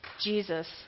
Jesus